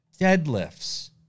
deadlifts